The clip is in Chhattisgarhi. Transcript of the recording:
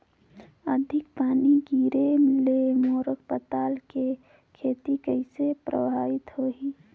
अधिक पानी गिरे ले मोर पताल के खेती कइसे प्रभावित होही?